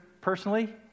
personally